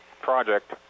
project